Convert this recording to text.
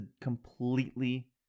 completely